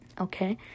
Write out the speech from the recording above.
Okay